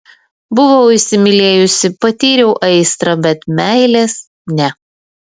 buvau įsimylėjusi patyriau aistrą bet meilės ne